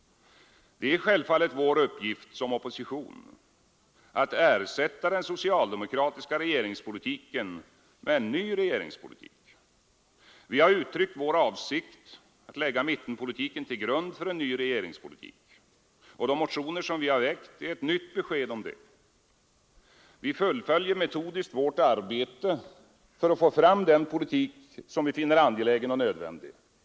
Det är självfallet vår uppgift som opposition att ersätta den socialdemokratiska regeringspolitiken med en ny regeringspolitik. Vi har uttryckt vår avsikt att lägga mittenpolitiken till grund för en ny regeringspolitik. De motioner som vi har väckt är ett nytt besked om detta. Vi fullföljer metodiskt vårt arbete för att få fram den politik som vi finner angelägen och nödvändig.